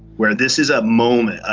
where this is a moment, ah